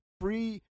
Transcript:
free